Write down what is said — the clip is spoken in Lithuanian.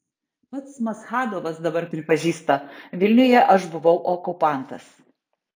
pats maschadovas dabar pripažįsta vilniuje aš buvau okupantas